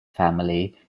family